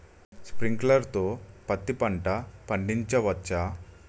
Sprinkler తో పత్తి పంట పండించవచ్చా?